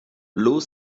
lau